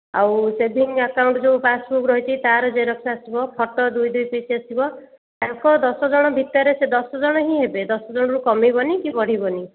ଆଉ saving account ଯେଉଁ passbook ରହିଛି ତା'ର ଜେରକ୍ସ ଆସିବ ଫଟୋ ଦୁଇ ଦୁଇ ପିସ୍ ଆସିବ ତାଙ୍କ ଦଶ ଜଣ ଭିତରେ ସେହି ଦଶ ଜଣ ହିଁ ହେବେ ଦଶ ଜଣରୁ କମିବନି କି ବଢ଼ିବନି